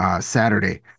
Saturday